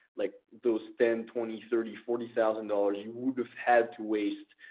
like those ten, twenty, thirty, forty thousand dollars you would have had to waste.